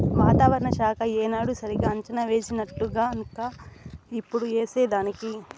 వాతావరణ శాఖ ఏనాడు సరిగా అంచనా వేసినాడుగన్క ఇప్పుడు ఏసేదానికి